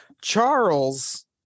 Charles